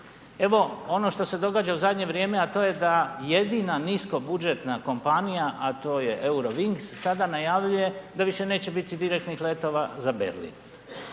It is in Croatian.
Evo ono što se događa u zadnje vrijeme a to je da jedina nisko budžetna kompanija a to je Euro wings sada najavljuje da više neće biti direktnih letova za Berlin.